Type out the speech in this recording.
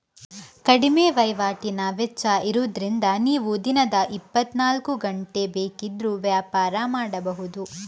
ಕಡಿಮೆ ವೈವಾಟಿನ ವೆಚ್ಚ ಇರುದ್ರಿಂದ ನೀವು ದಿನದ ಇಪ್ಪತ್ತನಾಲ್ಕು ಗಂಟೆ ಬೇಕಿದ್ರೂ ವ್ಯಾಪಾರ ಮಾಡ್ಬಹುದು